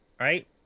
Right